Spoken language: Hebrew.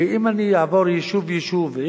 ואם אני אעבור יישוב יישוב,